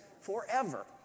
forever